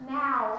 now